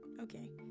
Okay